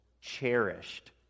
cherished